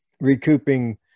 recouping